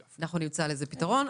אנחנו נמצא לזה פתרון.